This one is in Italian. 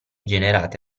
generati